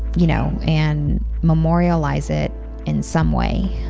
you know, and memorialize it in some way.